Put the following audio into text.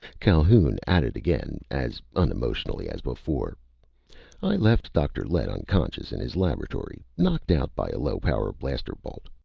calhoun added again, as unemotionally as before i left dr. lett unconscious in his laboratory, knocked out by a low-power blaster bolt.